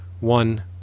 one